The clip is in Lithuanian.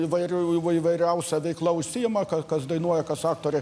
įvairių įvairiausia veikla užsiima ka kas dainuoja kas aktoriai